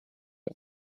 her